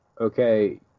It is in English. okay